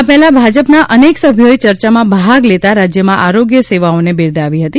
આ પહેલાં ભાજપના અનેક સભ્યોએ ચર્ચામાં ભાગ લેતાં રાજ્યમાં આરોગ્ય સેવાઓને બિરદાવી હતી